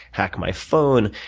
hack my phone,